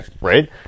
Right